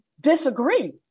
disagree